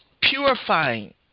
purifying